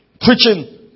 preaching